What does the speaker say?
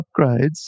upgrades